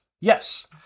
Yes